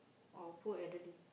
or poor elderly